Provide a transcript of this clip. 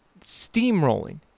steamrolling